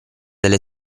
delle